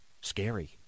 scary